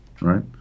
right